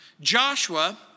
Joshua